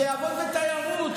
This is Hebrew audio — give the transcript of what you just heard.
שיעבוד בתיירות,